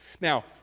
Now